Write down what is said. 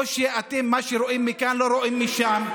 או שאתם, מה שרואים מכאן, לא רואים משם?